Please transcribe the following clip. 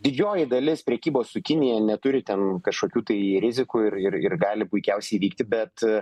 didžioji dalis prekybos su kinija neturi ten kažkokių tai rizikų ir ir ir gali puikiausiai vykti bet